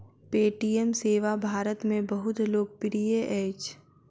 Paytm सेवा भारत में बहुत लोकप्रिय अछि